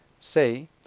say